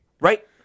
Right